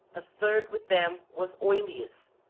a third with them was oileus,